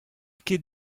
ket